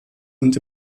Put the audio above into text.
und